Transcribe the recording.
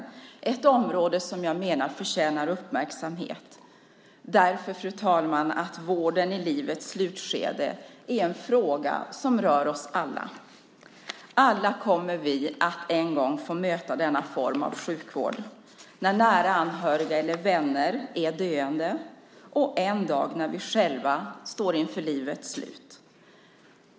Det är ett område som jag menar förtjänar uppmärksamhet därför att, fru talman, vården i livets slutskede är en fråga som rör oss alla. Alla kommer vi att en gång få möta denna form av sjukvård - när nära anhöriga eller vänner är döende och en dag när vi själva står inför livets slut.